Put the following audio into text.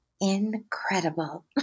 Incredible